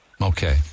Okay